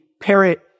parrot